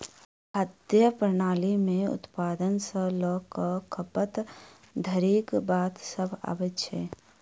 खाद्य प्रणाली मे उत्पादन सॅ ल क खपत धरिक बात सभ अबैत छै